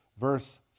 Verse